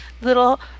little